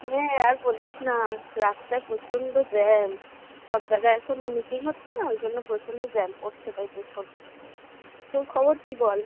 আরে আর বলিস না রাস্তায় প্রচণ্ড জ্যাম সব জায়গায় এখন মিটিং হচ্ছে না ওই জন্য প্রচণ্ড জ্যাম পড়ছে তাই লেট হলো তোর খবর কী বল